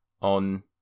on